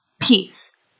peace